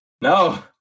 No